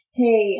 hey